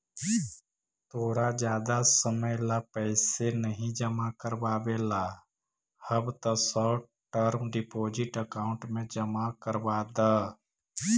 तोरा जादा समय ला पैसे नहीं जमा करवावे ला हव त शॉर्ट टर्म डिपॉजिट अकाउंट में जमा करवा द